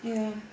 ya